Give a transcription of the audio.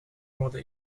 worden